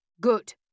Good